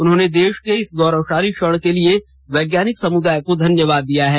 उन्होंने देश के इस गौरवशाली क्षण के लिए वैज्ञानिक समुदाय को धन्यवाद दिया है